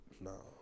no